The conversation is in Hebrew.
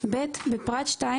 (ב) בפרט (2),